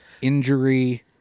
injury